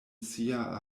sia